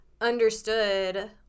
understood